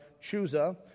Chusa